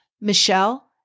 michelle